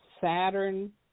Saturn